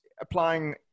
applying